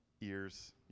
ears